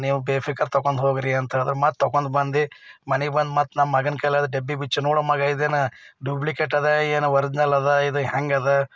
ನೀವು ಬೇಫಿಕರ್ ತಗೊಂಡು ಹೋಗಿರಿ ಅಂತ ಹೇಳಿದರು ಮತ್ತು ತಗೊಂಡು ಬಂದು ಮನೆಗೆ ಬಂದು ಮತ್ತು ನಮ್ಮ ಮಗನ ಕೇಳಿದೆ ಡಬ್ಬಿ ಬಿಚ್ಚಿ ನೋಡೋ ಮಗಾ ಇದೇನಾ ಡುಬ್ಲಿಕೇಟ್ ಅದಾ ಏನೋ ಒರ್ಜಿನಲ್ ಅದ ಇದು ಹ್ಯಾಂಗದ